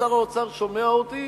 ושר האוצר שומע אותי,